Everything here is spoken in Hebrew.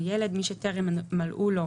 מי נגד?